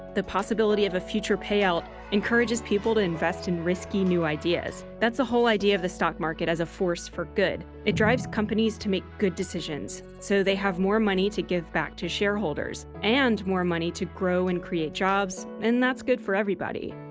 the possibility of a future payout encourages people to invest in risky new ideas. that's the whole idea of the stock market as a force for good. it drives companies to make good decisions, so they have more money to give back to shareholders and more money to grow and create jobs, and that's good for everybody.